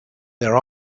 their